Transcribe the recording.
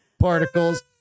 particles